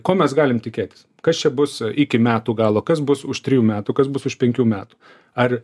ko mes galim tikėtis kas čia bus iki metų galo kas bus už trijų metų kas bus už penkių metų ar